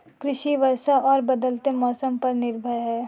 कृषि वर्षा और बदलते मौसम पर निर्भर है